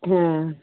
हाँ